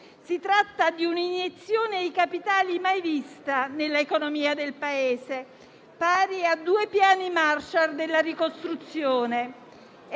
Si tratta di un'iniezione di capitali mai vista nell'economia del Paese, pari a due piani Marshall della ricostruzione.